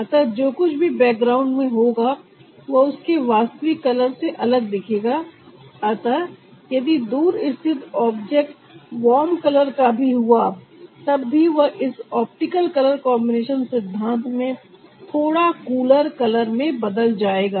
अतः जो कुछ भी बैकग्राउंड में होगा वह उसके वास्तविक कलर से अलग दिखेगा अतः यदि दूर स्थित ऑब्जेक्ट वार्म कलर का भी हुआ तब भी वह इस ऑप्टिकल कलर कॉम्बिनेशन सिद्धांत में थोड़ा कूलर कलर में बदल जाएगा